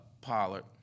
Pollard